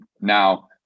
now